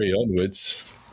onwards